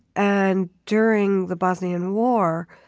and during the bosnian war,